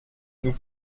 nous